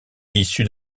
issu